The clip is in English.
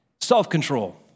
Self-control